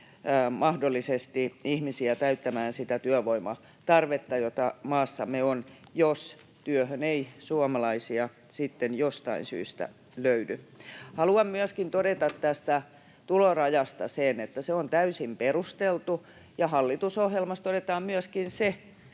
mahdollisesti ihmisiä täyttämään sitä työvoimatarvetta, jota maassamme on, jos työhön ei suomalaisia sitten jostain syystä löydy. Haluan myöskin todeta tästä tulorajasta sen, että se on täysin perusteltu. Hallitusohjelmassa todetaan myöskin se,